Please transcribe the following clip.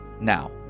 Now